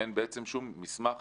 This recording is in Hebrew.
אין בעצם שום מסמך